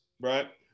right